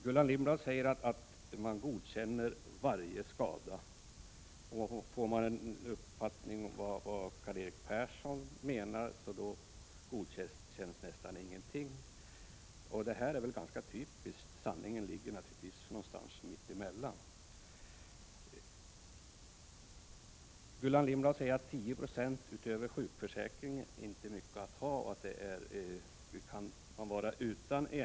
Gullan Lindblad säger att man godkänner varje skada, och Karl-Erik Persson menar att nästan ingenting godkänns som arbetsskada. Det är ganska typiskt — sanningen ligger väl någonstans mitt emellan. Gullan Lindblad säger att 10 96 utöver sjukförsäkringen inte är mycket att ha och att man egentligen kan vara utan det.